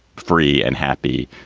free and happy,